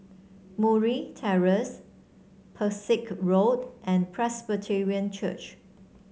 Murray Terrace Pesek Road and Presbyterian Church